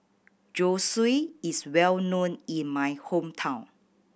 zosui is well known in my hometown